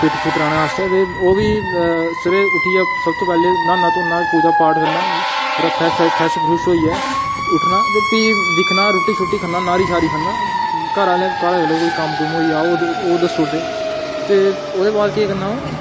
fit फुट रौह्ने आस्तै ते ओह् बी सबेरे उट्ठियै सब तूं पैह्ले न्हान्ना धोन्ना पूजा पाठ करना पूरा फै फ्रैश फ्रुश होइयै उट्ठना ते भी दिक्खना रुट्टी शुट्टी खन्ना नाह्री शारी खन्ना घरें आह्ले घरें घरें आह्लें ते कोई कम्म कुम्म होइयै ओह् दस्सी ओड़दे ते ओह्दे बाद केह् करना अ'ऊं